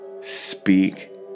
speak